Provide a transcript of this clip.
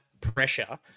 pressure